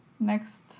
Next